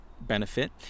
benefit